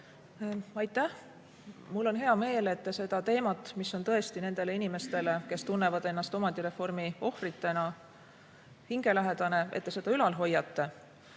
Aitäh! Mul on hea meel, et te seda teemat, mis on tõesti nendele inimestele, kes tunnevad ennast omandireformi ohvritena, hingelähedane, ülal hoiate.